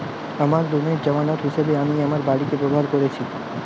আমার লোনের জামানত হিসেবে আমি আমার বাড়িকে ব্যবহার করেছি